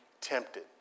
tempted